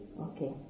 Okay